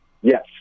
Yes